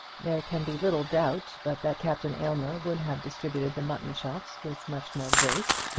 there can be little doubt but that captain aylmer would have distributed the mutton chops with much more grace,